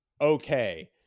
okay